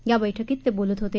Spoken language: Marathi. या बैठकीत ते बोलत होते